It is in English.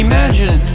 Imagine